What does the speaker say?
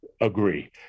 agree